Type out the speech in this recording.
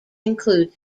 include